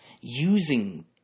Using